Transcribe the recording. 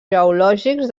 geològics